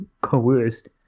coerced